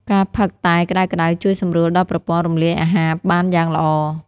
ការផឹកតែក្តៅៗជួយសម្រួលដល់ប្រព័ន្ធរំលាយអាហារបានយ៉ាងល្អ។